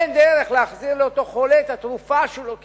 אין דרך להחזיר לאותו חולה את התרופה שהוא לא קיבל.